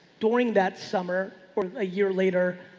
during that summer or a year later,